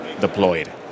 deployed